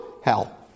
hell